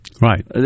Right